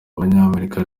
abanyamerika